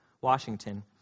Washington